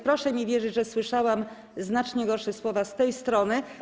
Proszę mi wierzyć, że słyszałam znacznie gorsze słowa z tej strony.